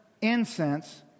incense